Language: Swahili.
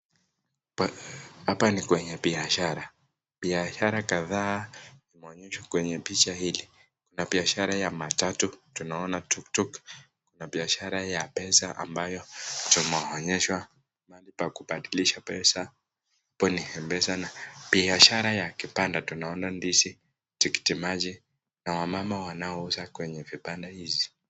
Hapa ni kwenye biashara biashara kadhaa kwenye picha hili biashara ya matatu naona dukduk na biashara ya pesa ambayo tumeonyeshwa pahali pa kupandilisha pesa hapo ni mpesa na biashara ya kipanda tunaona ndizi tiktimaji na wamama wanaouza kwenye kipanda hizi.